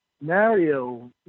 Mario